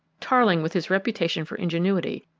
tarling, with his reputation for ingenuity,